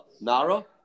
Nara